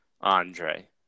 Andre